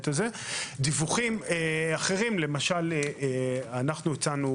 דיווחים אחרים למשל אנחנו הצענו,